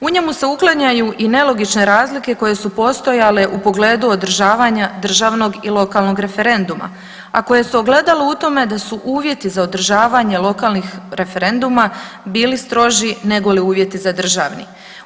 U njemu se uklanjaju i nelogične razlike koje su postojale u pogledu održavanja državnog i lokalnog referenduma, a koje se ogledalo u tome da su uvjeti za održavanje lokalnih referenduma bili stroži negoli uvjeti za državni.